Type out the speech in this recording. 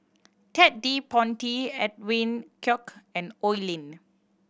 Ted De Ponti Edwin Koek and Oi Lin